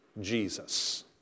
Jesus